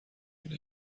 این